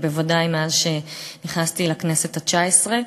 בוודאי מאז נכנסתי לכנסת התשע-עשרה.